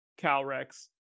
Calrex